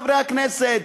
חברי הכנסת,